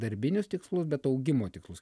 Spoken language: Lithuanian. darbinius tikslus bet augimo tikslus